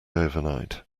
overnight